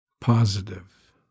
positive